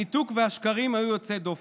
הניתוק והשקרים היו יוצאי דופן.